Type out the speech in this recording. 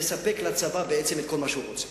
לספק לצבא את כל מה שהוא רוצה.